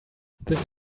this